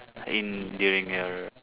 in during your